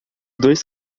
dois